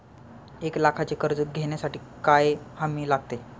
एक लाखाचे कर्ज घेण्यासाठी काय हमी लागते?